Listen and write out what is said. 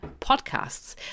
podcasts